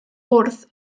bwrdd